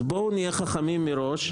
אז בואו נהיה חכמים מראש.